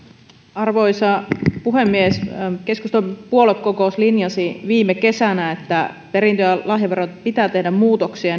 arvoisa puhemies keskustan puoluekokous linjasi viime kesänä että perintö ja lahjaveroon pitää tehdä muutoksia